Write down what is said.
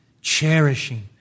cherishing